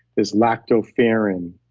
there's lactoferrin,